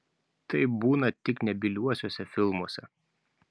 taip būna tik nebyliuosiuose filmuose